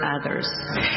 others